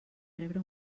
rebre